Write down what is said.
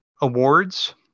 awards